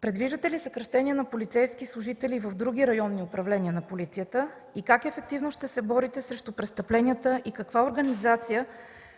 Предвиждате ли съкращения на полицейски служители и в други районни управления на полицията? Как ефективно ще се борите срещу престъпленията и каква организация